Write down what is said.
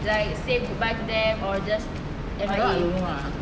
like said goodbye to them or just M_I_A